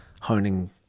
honing